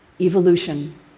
Evolution